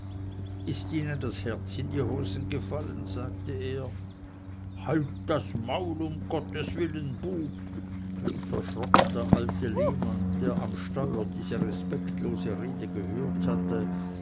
ist ihnen das herz in die hosen gefallen sagte er halt das maul um gottes willen bub rief erschrocken der alte lehmann der am steuer diese respektlose rede gehört hatte